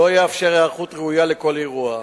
לא יאפשר היערכות ראויה לכל אירוע,